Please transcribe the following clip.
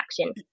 action